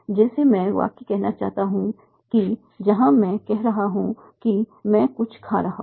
जैसे मैं वाक्य कहना चाहता हूं जहां मैं कह रहा हूं कि मैं कुछ खा रहा हूं